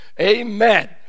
Amen